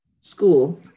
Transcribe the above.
school